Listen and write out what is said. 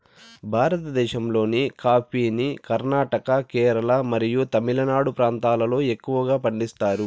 భారతదేశంలోని కాఫీని కర్ణాటక, కేరళ మరియు తమిళనాడు ప్రాంతాలలో ఎక్కువగా పండిస్తారు